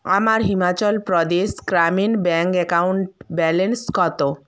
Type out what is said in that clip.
আমার Himachal Pradesh Gramin bank account balance কত